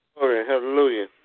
hallelujah